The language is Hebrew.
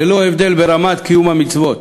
ללא הבדל ברמת קיום המצוות.